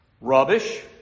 Rubbish